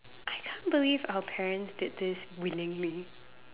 I can't believe our parents did this willingly